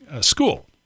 school